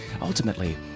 ultimately